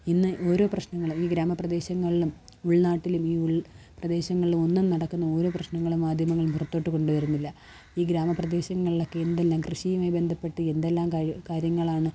ഇന്ന് ഈ ഓരോ പ്രശ്നങ്ങളും ഈ ഗ്രാമ പ്രദേശങ്ങളിലും ഉള്നാട്ടിലും ഈ ഉള്പ്രദേശങ്ങളിലും ഒന്നും നടക്കുന്ന ഓരോ പ്രശ്നങ്ങളും മാധ്യമങ്ങള് പുറത്തോട്ട് കൊണ്ടുവരുന്നില്ല ഈ ഗ്രാമപ്രദേശങ്ങളിലക്കെ എന്തിനു കൃഷിയുമായി ബന്ധപ്പെട്ട് എന്തെല്ലാം കാര്യങ്ങളാണ്